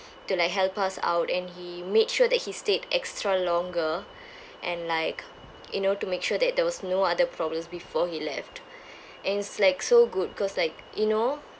to like help us out and he made sure that he stayed extra longer and like you know to make sure that there was no other problems before he left and it's like so good because like you know